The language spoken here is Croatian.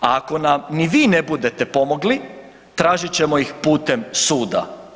A ako nam ni vi ne budete pomogli, tražit ćemo ih putem suda.